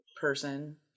person